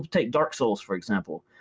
take dark souls for example.